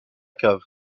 cave